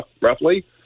roughly